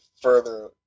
further